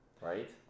right